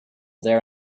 there